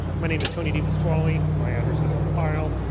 my name is tony de pasquale, my address is on file.